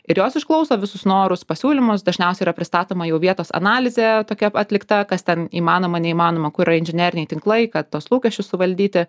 ir jos išklauso visus norus pasiūlymus dažniausiai yra pristatoma jau vietos analizė tokia atlikta kas ten įmanoma neįmanoma kur yra inžineriniai tinklai kad tuos lūkesčius suvaldyti